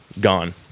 gone